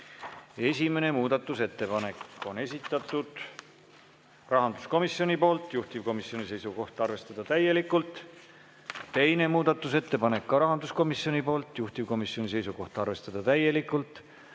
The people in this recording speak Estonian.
Esimene muudatusettepanek on rahanduskomisjoni esitatud, juhtivkomisjoni seisukoht on arvestada täielikult. Teine muudatusettepanek ka rahanduskomisjonilt, juhtivkomisjoni seisukoht on arvestada täielikult.